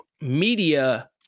media